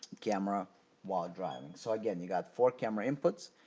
camera while driving so again you got four camera inputs.